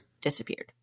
disappeared